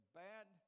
bad